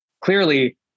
clearly